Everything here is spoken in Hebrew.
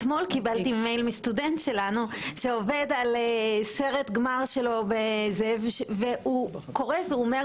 אתמול קיבלתי מייל מסטודנט שלנו שעובד על סרט גמר שלו והוא קורס ואומר